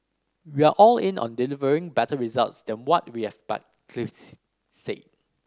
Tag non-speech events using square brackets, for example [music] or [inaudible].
we are all in on delivering better results than what we have [unintelligible] said